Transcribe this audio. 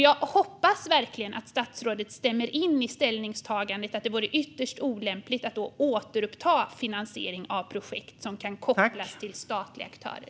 Jag hoppas verkligen att statsrådet stämmer in i ställningstagandet att det då vore ytterst olämpligt att återuppta finansiering av projekt som kan kopplas till statliga aktörer.